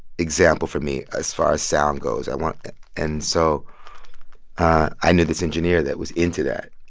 example for me as far as sound goes. i want and so i knew this engineer that was into that.